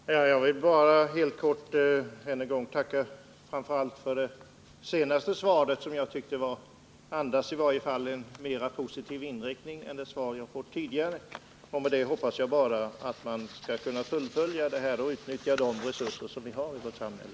Herr talman! Jag vill bara helt kort än en gång tacka framför allt för det senaste beskedet, som jag tyckte andades en mer positiv inriktning än de upplysningar jag fått tidigare. Med detta hoppas jag bara att man skall kunna fullfölja dessa intentioner och utnyttja de resurser vi har i vårt samhälle.